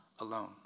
alone